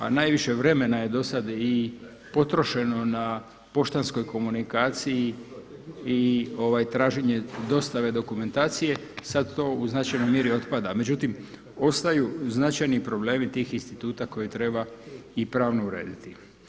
A najviše vremena je do sada i potrošeno na poštanskoj komunikaciji i traženje dostave dokumentacije, sada to u značajnoj mjeri otpada, međutim ostaju značajni problemi tih instituta koje treba i pravno urediti.